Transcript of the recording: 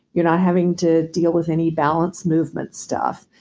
you're not having to deal with any balance movement stuff.